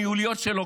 הניהוליות שלו,